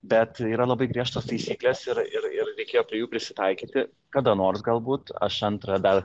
bet yra labai griežtos taisyklės ir ir ir reikėjo prie jų prisitaikyti kada nors galbūt aš antrą dar